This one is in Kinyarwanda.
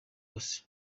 bose